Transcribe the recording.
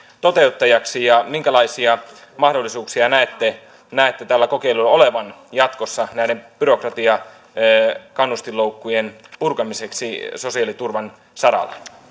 toteuttajaksi ja minkälaisia mahdollisuuksia näette näette tällä kokeilulla olevan jatkossa näiden byrokratiakannustinloukkujen purkamiseksi sosiaaliturvan saralla